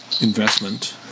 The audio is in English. investment